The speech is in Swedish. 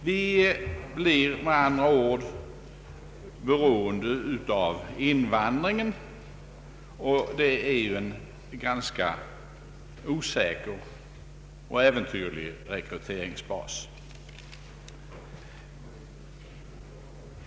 Vi blir med andra ord beroende av invandringen, och det är ju en ganska osäker och äventyrlig rekryteringsbas.